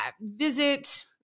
visit